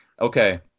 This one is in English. Okay